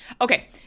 Okay